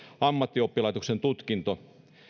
ammattioppilaitoksen tutkinto